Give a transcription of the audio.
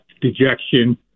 dejection